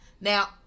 Now